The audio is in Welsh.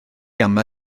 yma